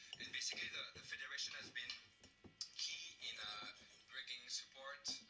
and basically the the federation has been key in ah bringing support,